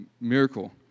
miracle